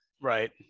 Right